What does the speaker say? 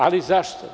Ali, zašto?